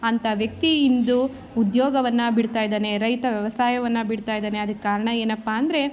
ಅಂಥ ವ್ಯಕ್ತಿ ಇಂದು ಉದ್ಯೋಗವನ್ನು ಬಿಡ್ತಾಯಿದ್ದಾನೆ ರೈತ ವ್ಯವಸಾಯವನ್ನು ಬಿಡ್ತಾಯಿದ್ದಾನೆ ಅದಕ್ಕೆ ಕಾರಣ ಏನಪ್ಪ ಅಂದರೆ